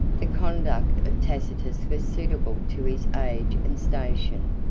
the conduct of tacitus was suitable to his age and station.